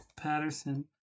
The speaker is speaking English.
Patterson